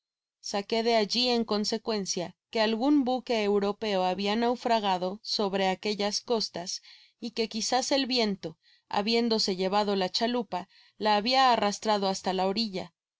saqué de alli en consecuencia que algun buque europeo habia naufragado sobre aquellas costas y que quizás el viento habiendose llevado la chalupa la habia arrastrado hasta la orilla